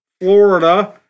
Florida